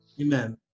Amen